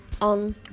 on